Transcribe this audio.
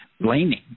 blaming